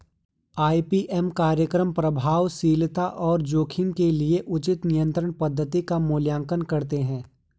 IPM कार्यक्रम प्रभावशीलता और जोखिम के लिए उचित नियंत्रण पद्धति का मूल्यांकन करते हैं